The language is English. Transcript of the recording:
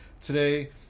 today